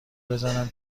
بزنم